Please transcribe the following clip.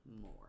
more